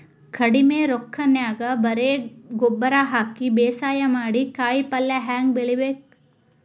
ಕಡಿಮಿ ರೊಕ್ಕನ್ಯಾಗ ಬರೇ ಗೊಬ್ಬರ ಹಾಕಿ ಬೇಸಾಯ ಮಾಡಿ, ಕಾಯಿಪಲ್ಯ ಹ್ಯಾಂಗ್ ಬೆಳಿಬೇಕ್?